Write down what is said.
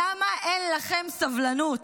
למה אין לכם סבלנות?